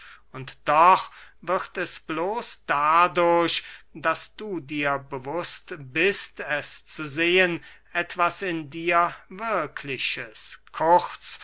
und doch wird es bloß dadurch daß du dir bewußt bist es zu sehen etwas in dir wirkliches